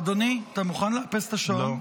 אדוני, אתה מוכן לאפס את השעון?